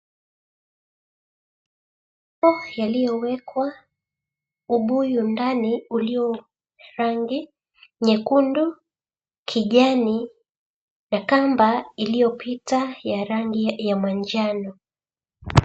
Mikebe uliowekwa ubuyu ndani uliorangi nyekundu kijani na kamba iliyopita ya rangi ya manjano.